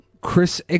Chris